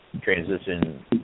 transition